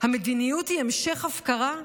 המדיניות היא המשך הפקרה?